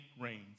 rains